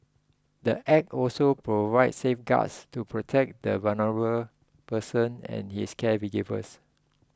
the Act also provides safeguards to protect the vulnerable person and his caregivers